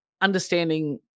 understanding